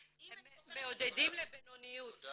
הם מעודדים לבינוניות.